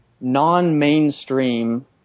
non-mainstream